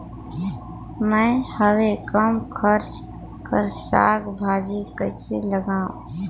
मैं हवे कम खर्च कर साग भाजी कइसे लगाव?